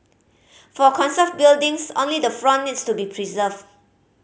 for conserved buildings only the front needs to be preserved